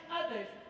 others